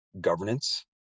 governance